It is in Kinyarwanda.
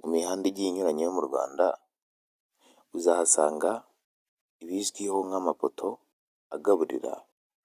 Mu mihanda igiye inyuranye yo mu Rwanda, uzahasanga ibizwiho nk'amapoto agaburira